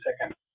second